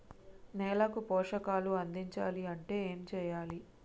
నేలకు పోషకాలు అందించాలి అంటే ఏం చెయ్యాలి?